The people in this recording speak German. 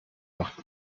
macht